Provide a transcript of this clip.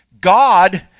God